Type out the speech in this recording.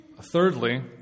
Thirdly